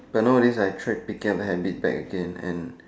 but nowadays I tried picking up the habit back again and